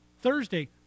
Thursday